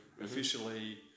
officially